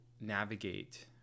navigate